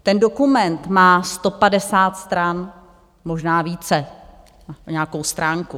Ten dokument má 150 stran, možná více o nějakou stránku.